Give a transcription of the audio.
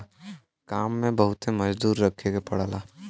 काम में बहुते मजदूर रखे के पड़ला